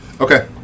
Okay